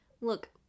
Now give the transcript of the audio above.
look